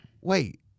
wait